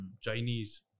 Chinese